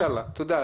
תודה.